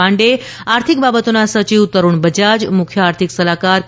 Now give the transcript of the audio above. પાંડે આર્થિક બાબતોના સચિવ તરૂણ બજાજ મુખ્ય આર્થિક સલાહકાર કે